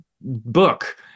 book